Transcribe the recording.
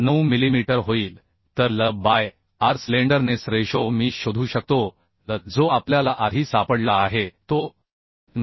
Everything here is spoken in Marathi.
9 मिलीमीटर होईल तर L by R slenderness ratio मी शोधू शकतो L जो आपल्याला आधी सापडला आहे तो 9